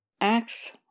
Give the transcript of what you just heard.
Acts